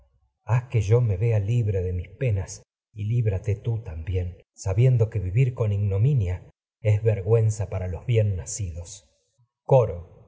que me vea que libre de mis penas y líbrate tú también con sabiendo los vivir ignominia es vergüenza para bien nacidos estas coro